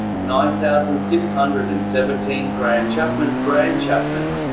nine thousand six hundred and seventeen grahamchapman grahamchapman